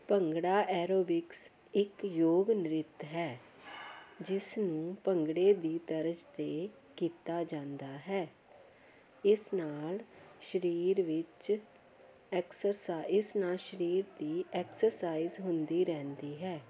bhangra aerobics ਇੱਕ ਯੋਗ ਨ੍ਰਿਤ ਹੈ ਜਿਸ ਨੂੰ ਭੰਗੜੇ ਦੀ ਤਰਸ 'ਤੇ ਕੀਤਾ ਜਾਂਦਾ ਹੈ ਇਸ ਨਾਲ ਸਰੀਰ ਵਿੱਚ ਐਕਸਰਸਾਈਜ਼ ਨਾਲ ਸਰੀਰ ਦੀ ਐਕਸਰਸਾਈਜ਼ ਹੁੰਦੀ ਰਹਿੰਦੀ ਹੈ